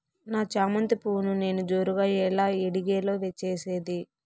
నా చామంతి పువ్వును నేను జోరుగా ఎలా ఇడిగే లో చేసేది?